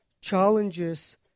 challenges